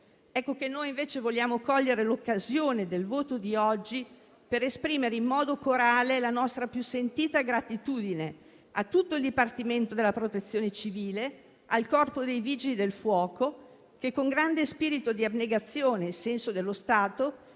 e complessità. Noi vogliamo cogliere l'occasione del voto di oggi per esprimere in modo corale la nostra più sentita gratitudine a tutto il Dipartimento della protezione civile e al Corpo dei vigili del fuoco che, con grande spirito di abnegazione e senso dello Stato,